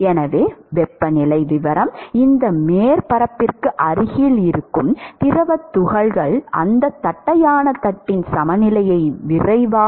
எனவே வெப்பநிலை விவரம் இந்த மேற்பரப்பிற்கு அருகில் இருக்கும் திரவ துகள்கள் அந்த தட்டையான தட்டுடன் சமநிலையை விரைவாக அடையும்